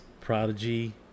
Prodigy